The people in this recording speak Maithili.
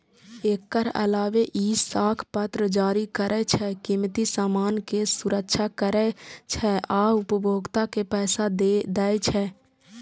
एकर अलावे ई साख पत्र जारी करै छै, कीमती सामान के सुरक्षा करै छै आ उपभोक्ता के पैसा दै छै